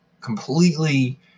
completely